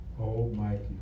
Almighty